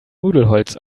nudelholz